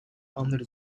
under